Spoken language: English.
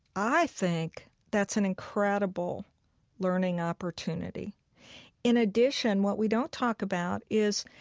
i think that's an incredible learning opportunity in addition, what we don't talk about is